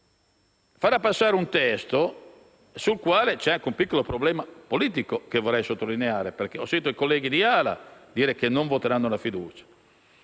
fiducia, farà passare un testo sul quale c'è un piccolo problema politico che vorrei sottolineare. Ho sentito i colleghi di AL-A dire che non voteranno la fiducia.